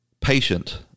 patient